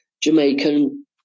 Jamaican